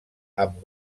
amb